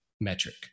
metric